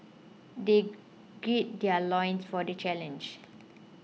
they gird their loins for the challenge